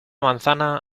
manzana